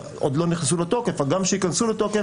הן עוד לא נכנסו לתוקף אבל גם כשייכנסו לתוקף